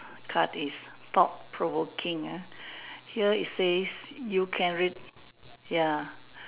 card is thought provoking ah here it says you can re~ ya